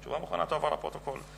תשובה מוכנה תועבר לפרוטוקול.